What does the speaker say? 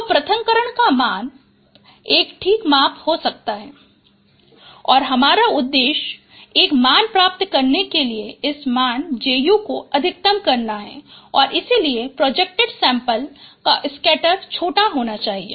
तो पृथक्करण का माप एक ठीक माप हो सकता है Ju D2S12 S22 और हमारा उद्देश्य एक मान प्राप्त करने के लिए इस मान J को अधिकतम करना है और इसलिए प्रोजेक्टेड सैंपल का स्कैटर छोटा होना चाहिए